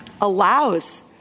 allows